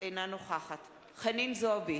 אינה נוכחת חנין זועבי,